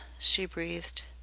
she breathed,